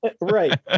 right